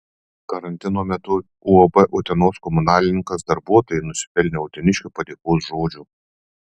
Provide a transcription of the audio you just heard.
karantino metu uab utenos komunalininkas darbuotojai nusipelnė uteniškių padėkos žodžių